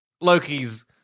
Loki's